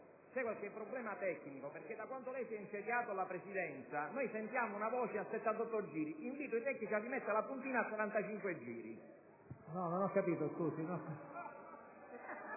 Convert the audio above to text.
è sorto un problema tecnico. Da quando lei si è insediato in Presidenza, sentiamo una voce a 78 giri. Invito i tecnici a rimettere la puntina a 45 giri.